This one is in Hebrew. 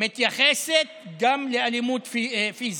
מתייחסת גם לאלימות פיזית.